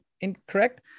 incorrect